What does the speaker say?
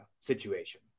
situation